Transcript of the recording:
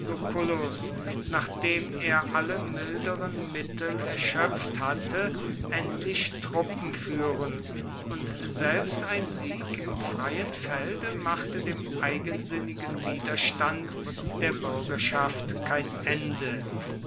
nachdem er alle milderen mittel erschöpft hatte endlich truppen führen und selbst ein sieg im freien felde machte dem eigensinnigen widerstand der bürgerschaft kein ende